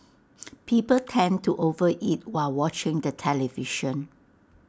people tend to over eat while watching the television